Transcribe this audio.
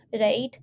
right